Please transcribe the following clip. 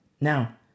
Now